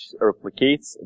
replicates